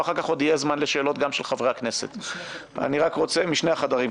ואחר כך עוד יהיה זמן לשאלות גם של חברי הכנסת משני החדרים,